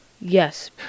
Yes